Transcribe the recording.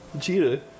Cheetah